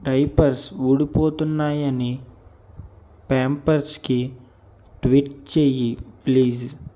diapers ఊడిపోతున్నాయని ప్యాంపర్స్కి tweet చేయి ప్లీజ్